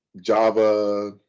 Java